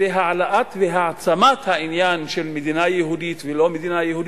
על-ידי העלאת והעצמת העניין של מדינה יהודית ולא מדינה יהודית,